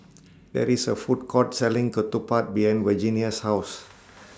There IS A Food Court Selling Ketupat behind Virginia's House